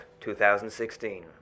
2016